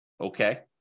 Okay